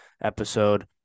episode